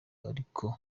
ariko